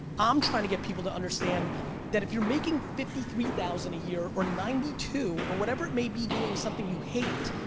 i'm trying to get people to understand that if you're making fifty three thousand a year, or ninety two, or whatever you may be doing something you hate,